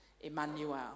Emmanuel